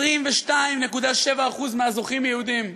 22.7% מהזוכים, יהודים.